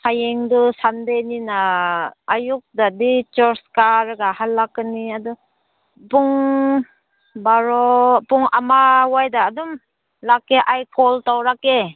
ꯍꯌꯦꯡꯗꯨ ꯁꯟꯗꯦꯅꯤꯅ ꯑꯌꯨꯛꯇꯗꯤ ꯆꯔꯁ ꯀꯥꯔꯒ ꯍꯜꯂꯛꯀꯅꯤ ꯑꯗꯨ ꯄꯨꯡ ꯕꯥꯔꯣ ꯄꯨꯡ ꯑꯃ ꯋꯥꯏꯗ ꯑꯗꯨꯝ ꯂꯥꯛꯀꯦ ꯑꯩ ꯀꯣꯜ ꯇꯧꯔꯛꯀꯦ